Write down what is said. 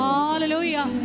Hallelujah